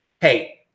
Hey